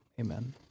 Amen